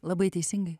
labai teisingai